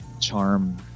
charm